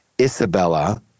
Isabella